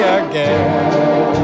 again